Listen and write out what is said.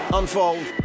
unfold